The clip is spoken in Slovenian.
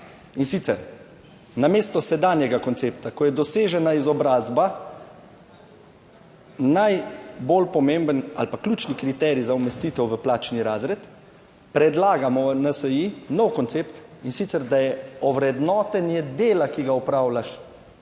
In sicer, namesto sedanjega koncepta, ko je dosežena izobrazba, najbolj pomemben ali pa ključni kriterij za umestitev v plačni razred predlagamo v NSi nov koncept in sicer, da je ovrednotenje dela, ki ga opravljaš